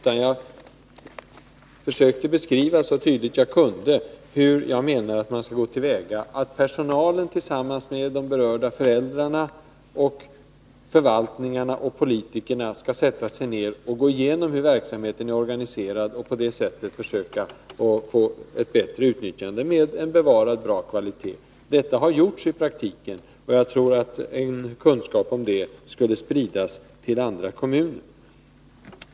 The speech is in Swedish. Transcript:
Jag försökte så tydligt som möjligt beskriva hur jag menar att man skall gå till väga, nämligen att personalen tillsammans med de berörda föräldrarna, förvaltningarna och politikerna skall gå igenom hur verksamheten är organiserad och på det sättet försöka åstadkomma ett bättre utnyttjande med bevarande av god kvalitet. Detta har i praktiken också gjorts, och jag tror att kunskap om det bör spridas till andra kommuner.